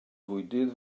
fwydydd